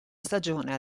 stagione